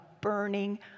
burning